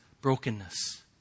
brokenness